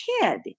kid